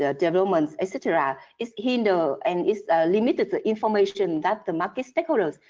ah developments, et cetera, it's hindered ah and it's limited the information that the market stakeholders,